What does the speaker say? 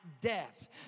death